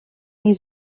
des